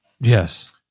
Yes